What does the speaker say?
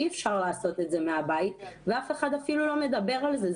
אי אפשר לעשות את זה מן הבית ואף אחד אפילו לא מדבר על זה.